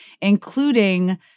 including